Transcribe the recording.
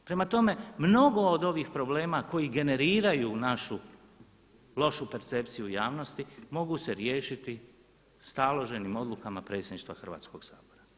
Prema tome, mnogo od ovih problema koji generiraju našu lošu percepciju javnosti mogu se riješiti staloženim odlukama predsjedništva Hrvatskoga sabora.